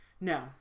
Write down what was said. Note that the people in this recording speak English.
No